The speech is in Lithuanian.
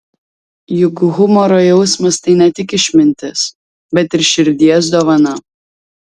juk humoro jausmas tai ne tik išmintis bet ir širdies dovana